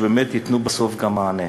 שבאמת ייתנו בסוף גם מענה.